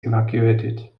evacuated